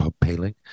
Paling